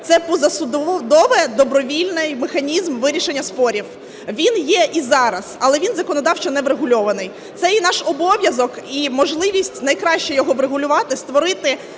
Це позасудовий добровільний механізм вирішення спорів. Він є і зараз, але він законодавчо не врегульований. Це є наш обов'язок і можливість найкраще його врегулювати, створити